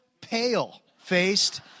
pale-faced